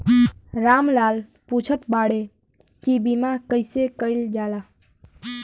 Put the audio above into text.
राम लाल पुछत बाड़े की बीमा कैसे कईल जाला?